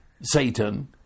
Satan